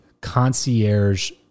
concierge